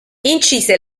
incise